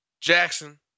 Jackson